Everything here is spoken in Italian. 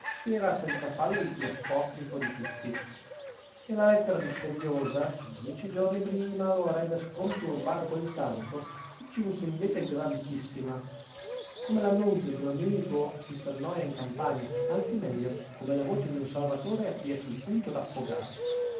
che era senza fallo il più apocrifo di tutti e la lettera misteriosa che dieci giorni prima lo avrebbe sconturbato quel tanto gli giunse invece gratissima come l'annunzio d'un amico a chi s'annoia in campagna anzi meglio come la voce d'un salvatore a chi è sul punto d'affogare